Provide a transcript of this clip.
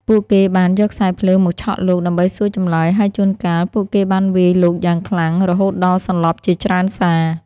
ពួកគេបាន យកខ្សែភ្លើងមកឆក់លោក ដើម្បីសួរចម្លើយ ហើយជួនកាល ពួកគេបានវាយលោកយ៉ាងខ្លាំង រហូតដល់សន្លប់ជាច្រើនសារ។